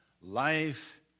life